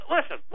Listen